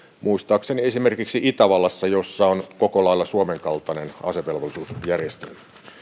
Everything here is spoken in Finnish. muistaakseni esimerkiksi itävallassa jossa on koko lailla suomen kaltainen asevelvollisuusjärjestelmä